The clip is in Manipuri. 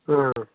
ꯑꯥ